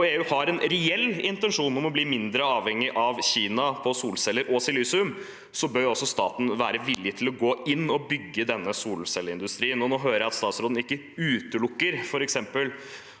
og EU har en reell intensjon om å bli mindre avhengig av Kina på solceller og silisium, bør også staten være villig til å gå inn og bygge denne solcelleindustrien. Nå hører jeg at statsråden ikke utelukker f.eks.